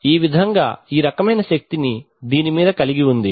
ఈ విధంగా ఒక రకమైన శక్తి ని దీని మీద కలిగి ఉంది